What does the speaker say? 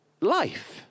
life